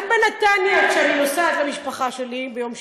גם בנתניה, כשאני נוסעת למשפחה שלי ביום שישי,